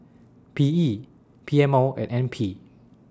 P E P M O and N P